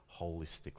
holistically